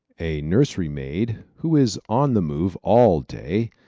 a nursery-maid, who is on the move all day,